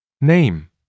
Name